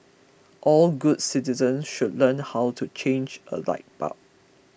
all good citizens should learn how to change a light bulb